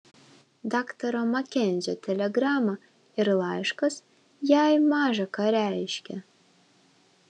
daktaro makenzio telegrama ir laiškas jai maža ką reiškė